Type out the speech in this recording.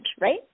right